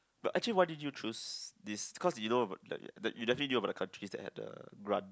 but actually why did you choose this cause you know about that you definitely know about this country had the grant